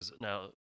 Now